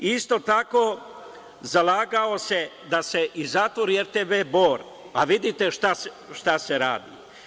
Isto tako, zalagao se da se zatvori i RTB Bor, a vidite šta se radi.